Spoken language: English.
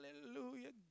hallelujah